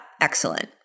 excellent